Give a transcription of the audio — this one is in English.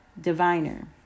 Diviner